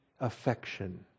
affection